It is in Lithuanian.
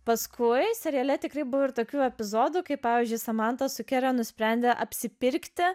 paskui seriale tikrai buvę tokių epizodų kai pavyzdžiui samanta su kere nusprendę apsipirkti